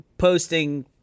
posting